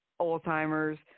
Alzheimer's